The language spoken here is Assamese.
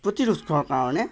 প্ৰতিৰোধ কৰাৰ কাৰণে